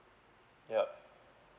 yup